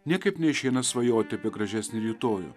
niekaip neišeina svajoti apie gražesnį rytojų